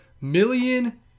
million